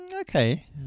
Okay